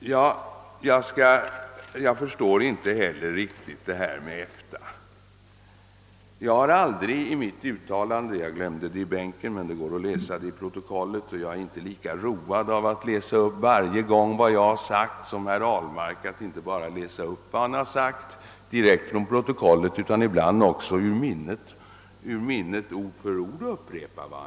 Jag förstår inte heller riktigt herr Ahlmarks tal om EFTA. Jag har aldrig i mitt uttalande sagt vad herr Ahlmark påstår. Jag glömde det i bänken, men det går väl att läsa det i protokollet efteråt. Jag är inte lika road som herr Ahlmark av att läsa upp gång på gång vad jag har sagt — inte bara direkt ur protokollet utan också ur minnet ord för ord.